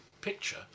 picture